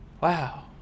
Wow